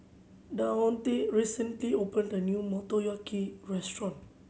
Davonte recently opened a new Motoyaki Restaurant